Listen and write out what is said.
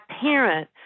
parent